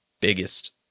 biggest